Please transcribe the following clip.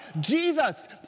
Jesus